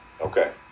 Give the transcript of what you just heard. Okay